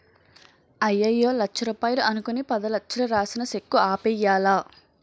అయ్యయ్యో లచ్చ రూపాయలు అనుకుని పదిలచ్చలు రాసిన సెక్కు ఆపేయ్యాలా